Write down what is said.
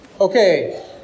Okay